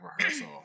rehearsal